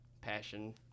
passion